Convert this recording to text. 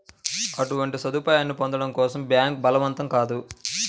అటువంటి సదుపాయాన్ని పొందడం కోసం బ్యాంక్ బలవంతం కాదు